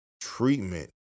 treatment